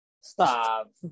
Stop